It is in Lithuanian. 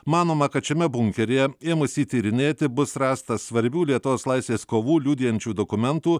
manoma kad šiame bunkeryje ėmus jį tyrinėti bus rasta svarbių lietuvos laisvės kovų liudijančių dokumentų